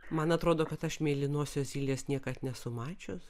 man atrodo kad aš mėlynosios zylės niekad nesu mačiusi